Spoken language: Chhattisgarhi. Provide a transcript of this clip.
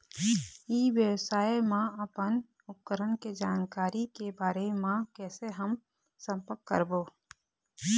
ई व्यवसाय मा अपन उपकरण के जानकारी के बारे मा कैसे हम संपर्क करवो?